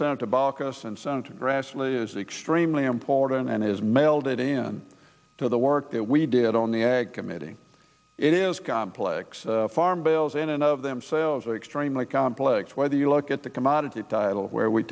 is extremely important and has mailed it in to the work that we did on the ag committee it is complex farm bale's in and of themselves extremely complex whether you look at the commodity title where we